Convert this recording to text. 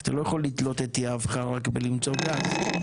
אתה לא יכול לתלות את יהבך רק בלמצוא גז.